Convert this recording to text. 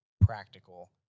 practical